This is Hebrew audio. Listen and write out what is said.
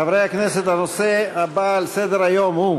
חברי הכנסת, הנושא הבא על סדר-היום הוא: